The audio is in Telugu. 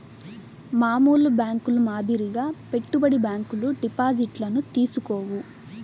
మామూలు బ్యేంకుల మాదిరిగా పెట్టుబడి బ్యాంకులు డిపాజిట్లను తీసుకోవు